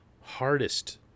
hardest